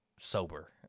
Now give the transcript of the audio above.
sober